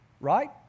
right